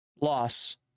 loss